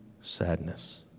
sadness